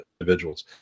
individuals